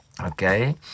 Okay